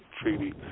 treaty